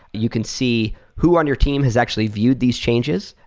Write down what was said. you can see who on your team has actually viewed these changes.